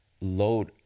load